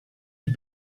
can